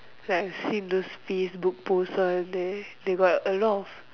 like I have seen those Facebook post all there they got a lot of